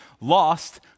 lost